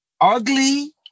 ugly